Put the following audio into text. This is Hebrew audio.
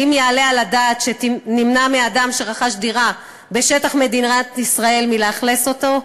האם יעלה על הדעת שנמנע מאדם שרכש דירה בשטח מדינת ישראל מלאכלס אותה?